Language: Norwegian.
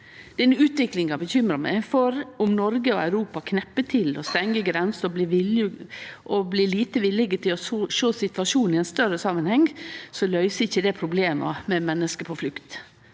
Denne utviklinga bekymrar meg, for om Noreg og Europa knepper til, stengjer grensa og blir lite viljuge til å sjå situasjonen i ein større samanheng, løyser ikkje det problema med menneske på flukt.